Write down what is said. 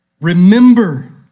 Remember